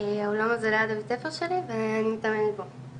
האולם הזה זה ליד הבית ספר שלי ואני מתאמנת בו.